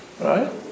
right